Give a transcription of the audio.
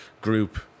group